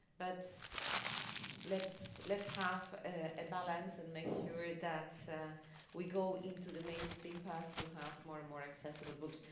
but let's let's have a balance and make sure that we go into the mainstream path to have more and more accessible books.